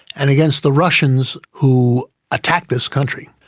and against the russians who attacked this country,